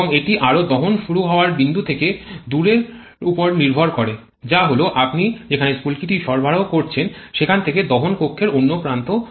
এবং এটি আরো দহন শুরু হওয়ার বিন্দু থেকে দূরত্বের উপর নির্ভর করে যা হল আপনি যেখানে স্ফুলকিটি সরবরাহ করছেন সেখান থেকে দহন কক্ষের অন্য প্রান্ত পর্যন্ত